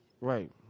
Right